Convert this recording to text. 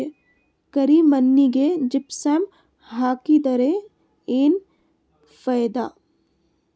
ಕರಿ ಮಣ್ಣಿಗೆ ಜಿಪ್ಸಮ್ ಹಾಕಿದರೆ ಏನ್ ಫಾಯಿದಾ?